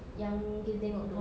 yang kita tengok itu